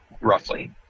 roughly